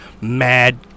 mad